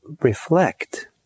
reflect